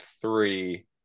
three